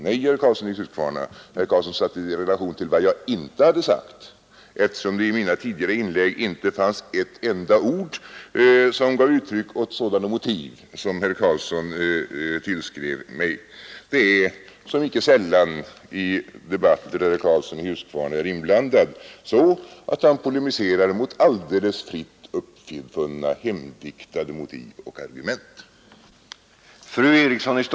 Nej, herr Karlsson i Huskvarna satte det i relation till vad jag inte hade sagt, eftersom det i mina tidigare inlägg inte fanns ett enda ord som gav uttryck för sådana motiv som herr Karlsson tillskrev mig. Det är så — som inte sällan i debatter där herr Karlsson i Huskvarna är inblandad — att herr Karlsson polemiserar mot helt fritt uppfunna, hemdiktade motiv och argument.